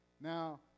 Now